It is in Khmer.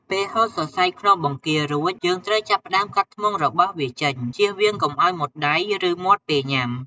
ពេលហូតសរសៃខ្នងបង្គារួច យើងត្រូវចាប់ផ្ដើមកាត់ធ្មុងរបស់វាចេញ ចៀសវាងកុំឱ្យមុតដៃ ឬមាត់ពេលញុំា។